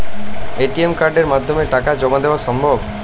ATM কার্ডের মাধ্যমে টাকা জমা দেওয়া সম্ভব?